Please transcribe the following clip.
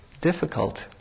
difficult